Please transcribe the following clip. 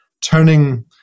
turning